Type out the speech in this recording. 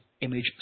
image